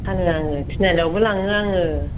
फानो आंङो थिनालियावबो लांङो आंङो